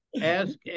Ask